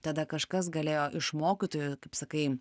tada kažkas galėjo iš mokytojų kaip sakai